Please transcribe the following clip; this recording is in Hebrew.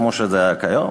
כמו שזה היה כיום,